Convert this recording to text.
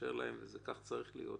מאפשר להם וכך זה צריך להיות,